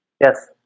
Yes